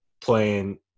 playing